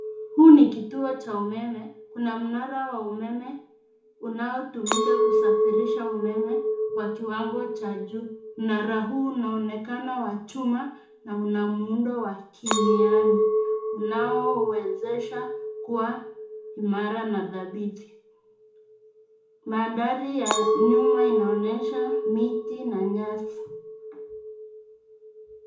Huu ni kituo cha umeme. Kuna mnara wa umeme unaotumika kusafirisha umeme wa kiwango cha juu. Mnara huu unaonekana wa chuma na una muundo wa kimiani unaouwezesha kuwa imara na dhabiti. Mandhari ya nyuma inaonyesha miti na nyasi.